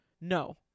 no